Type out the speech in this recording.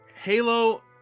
halo